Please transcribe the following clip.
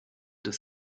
des